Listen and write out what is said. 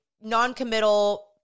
non-committal